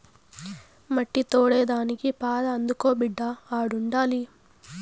మట్టి తోడేదానికి పార అందుకో బిడ్డా ఆడుండాది